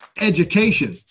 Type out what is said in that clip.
education